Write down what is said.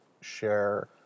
share